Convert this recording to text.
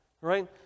right